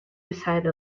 beside